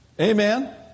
Amen